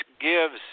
gives